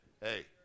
hey